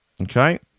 Okay